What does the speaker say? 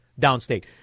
downstate